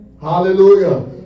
Hallelujah